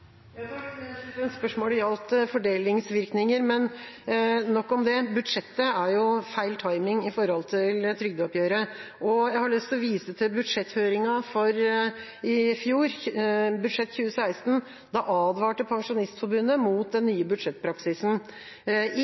Spørsmålet gjaldt fordelingsvirkninger, men nok om det. Budsjettet har jo feil «timing» i forhold til trygdeoppgjøret, og jeg har lyst til å vise til budsjetthøringen for i fjor, budsjettet for 2016. Da advarte Pensjonistforbundet mot den nye budsjettpraksisen. I